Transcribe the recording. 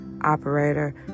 operator